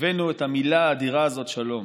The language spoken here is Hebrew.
הבאנו את המילה האדירה הזאת, "שלום".